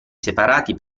separati